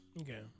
Okay